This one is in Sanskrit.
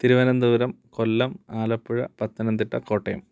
तिरुवनन्तपुरं कोल्लम् आलप्पुरा पत्तनन्तिट्टा कोट्टयम्